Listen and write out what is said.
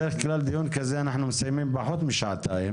בדרך כלל דיון כזה אנחנו מסיימים בפחות משעתיים.